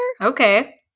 Okay